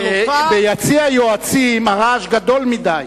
ביציע היועצים הרעש גדול מדי.